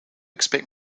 expect